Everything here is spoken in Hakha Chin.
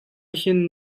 hin